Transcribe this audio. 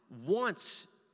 wants